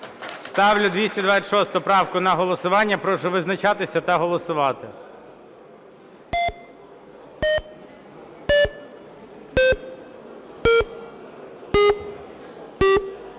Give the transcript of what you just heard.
Ставлю 275-у на голосування. Прошу визначатися та голосувати.